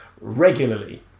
regularly